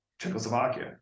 Czechoslovakia